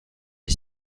est